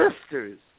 sisters